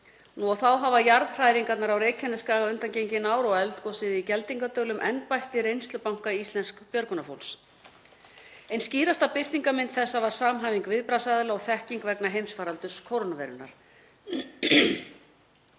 Þá hafa jarðhræringarnar á Reykjanesskaga undangengin ár og eldgosið í Geldingardölum enn bætt í reynslubanka íslensks björgunarfólks. Ein skýrasta birtingarmynd þessa var samhæfing viðbragðsaðila og þekking vegna heimsfaraldurs kórónuveirunnar.